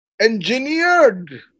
engineered